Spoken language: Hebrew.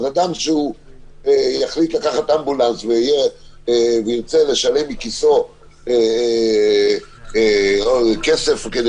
אדם שיחליט לקחת אמבולנס וירצה לשלם מכיסו כסף כדי